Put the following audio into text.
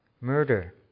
murder